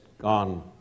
gone